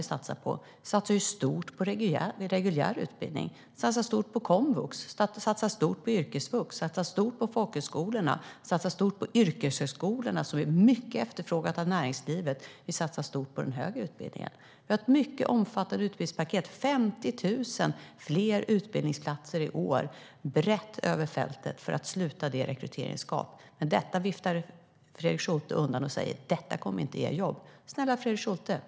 Vi satsar stort på reguljär utbildning, komvux, yrkesvux, folkhögskolorna, yrkeshögskolorna - som är mycket efterfrågade av näringslivet - och vi satsar stort på den högre utbildningen. Vi har ett mycket omfattande utbildningspaket. Det finns 50 000 fler utbildningsplatser i år brett över fältet för att sluta rekryteringsgapet. Men detta viftar Fredrik Schulte undan och menar att de inte kommer att ge jobb. Snälla Fredrik Schulte!